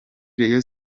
rayon